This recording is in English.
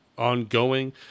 ongoing